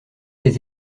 des